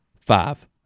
Five